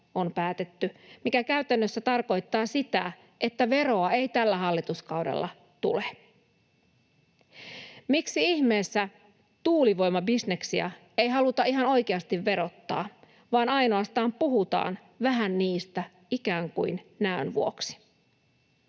on päätetty, mikä käytännössä tarkoittaa sitä, että veroa ei tällä hallituskaudella tule. Miksi ihmeessä tuulivoimabisneksiä ei haluta ihan oikeasti verottaa, vaan ainoastaan puhutaan niistä vähän ikään kuin näön vuoksi?